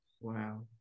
wow